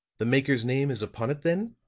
the maker's name is upon it then?